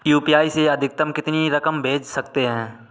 UPI से अधिकतम कितनी रकम भेज सकते हैं?